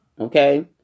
Okay